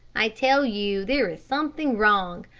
i tell you there is something wrong.